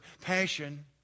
passion